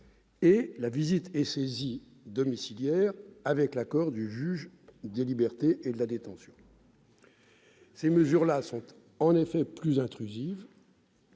et la visite et saisie domiciliaire avec l'accord du juge des libertés et de la détention. Ces dispositions sont en effet plus intrusives.